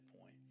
point